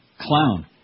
Clown